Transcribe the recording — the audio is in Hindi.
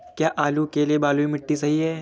क्या आलू के लिए बलुई मिट्टी सही है?